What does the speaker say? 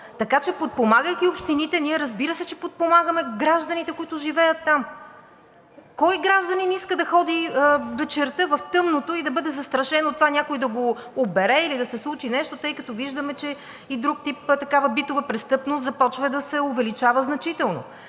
така че подпомагайки общините, разбира се, че подпомагаме гражданите, които живеят там. Кой гражданин иска да ходи вечерта в тъмното и да бъде застрашен от това някой да го обере или да се случи нещо, тъй като виждаме, че и друг тип такава битова престъпност започва да се увеличава значително?